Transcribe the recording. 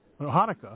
Hanukkah